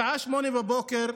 בשעה 08:00,